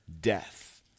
death